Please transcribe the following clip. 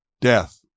death